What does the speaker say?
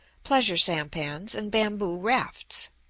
pleasure sampans, and bamboo rafts.